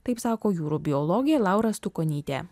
taip sako jūrų biologė laura stukonytė